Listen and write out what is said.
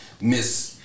Miss